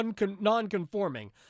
non-conforming